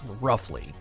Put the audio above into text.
roughly